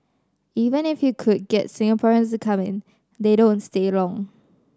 even if you could get Singaporeans to come in they don't stay long